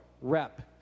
rep